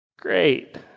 Great